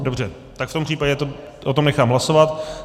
Dobře, tak v tom případě o tom nechám hlasovat.